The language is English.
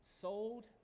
sold